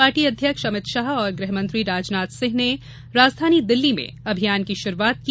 party अध्यक्ष अमित शाह और गृहमंत्री राजनाथ सिंह ने राजधानी दिल्ली में अभियान की शुरूआत की